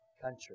country